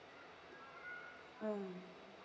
mm